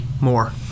more